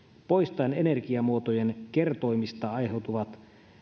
poistaen energiamuotojen kertoimista aiheutuvat